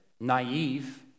naive